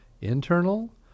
Internal